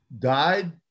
died